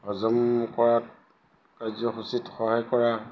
হজম কৰাত কাৰ্যসূচীত সহায় কৰা